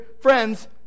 friends